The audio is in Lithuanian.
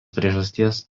priežasties